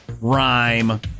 rhyme